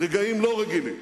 רגעים לא רגילים,